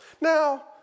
Now